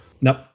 Nope